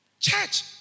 Church